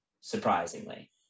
surprisingly